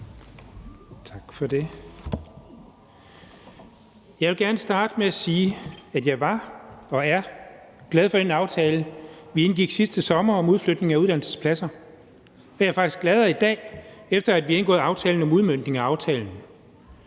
Jeg vil gerne starte med at sige, at jeg var og er glad for den aftale, vi indgik sidste sommer, om udflytning af uddannelsespladser. Og jeg er faktisk gladere i dag, efter vi har indgået en aftale om udmøntning af aftalen.